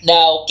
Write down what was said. Now